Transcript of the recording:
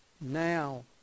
Now